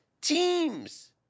Teams